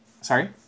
Sorry